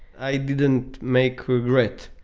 i didn't make regret.